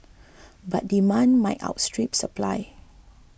but demand might outstrip supply